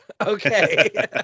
Okay